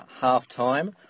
half-time